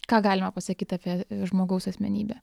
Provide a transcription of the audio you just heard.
ką galima pasakyti apie žmogaus asmenybę